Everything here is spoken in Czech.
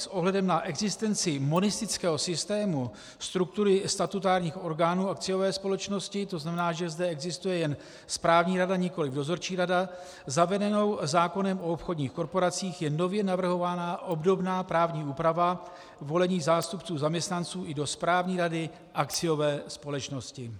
S ohledem na existenci monistického systému struktury statutárních orgánů akciové společnosti, to znamená, že zde existuje jen správní rada, nikoli dozorčí rada, zavedenou zákonem o obchodních korporacích je nově navrhována obdobná právní úprava volených zástupců zaměstnanců i do správní rady akciové společnosti.